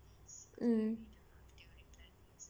mm